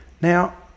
Now